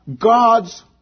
God's